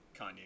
kanye